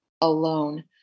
alone